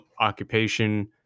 occupation